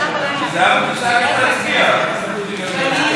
28 בעד, אין מתנגדים, אין נמנעים.